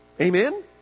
Amen